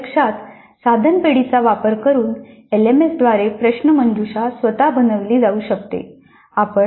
प्रत्यक्षात साधन पेढीचा वापर करून एलएमएसद्वारे प्रश्नमंजुषा स्वतः बनविली जाऊ शकते